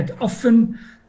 often